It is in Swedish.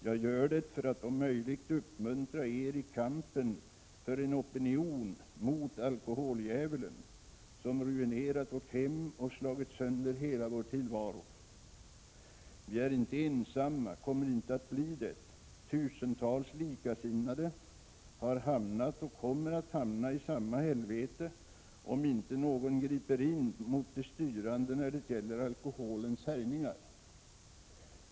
Jag gör det för att om möjligt uppmuntra er i kampen för en opinion mot alkoholdjävulen, som ruinerat vårt hem och slagit sönder hela vår tillvaro. Vi är inte ensamma, kommer inte att bli det. Tusentals likasinnade har hamnat och kommer att hamna i samma helvete om inte någon griper in mot de styrande när det gäller alkoholens härjningar.